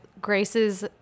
Grace's